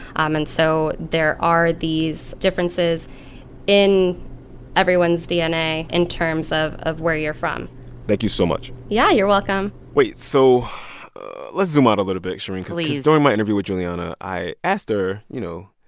um and so there are these differences in everyone's dna in terms of of where you're from thank you so much yeah, you're welcome wait. so let's zoom out a little bit, shereen. please. cause during my interview with jhulianna, i asked her, you know,